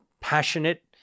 passionate